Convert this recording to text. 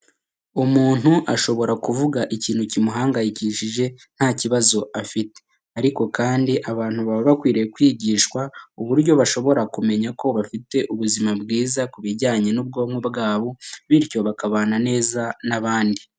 Umuntu ashobora kuvuga ikintu kimuhangayikishije ntakibazo afite. Ariko kandi abantu baba bakwiriye kwigishwa uburyo bashobora kumenya ko bafite ubuzima bwiza ku bijyanye n'ubwonko bwabo bityo bakabana neza n'abandi.